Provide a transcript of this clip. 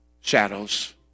shadows